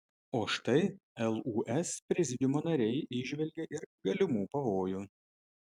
o štai lūs prezidiumo nariai įžvelgė ir galimų pavojų